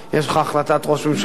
יש לך החלטת ראש ממשלה?